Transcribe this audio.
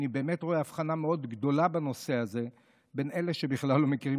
אני באמת רואה הבחנה מאוד גדולה בנושא הזה בין אלה שבכלל לא מכירים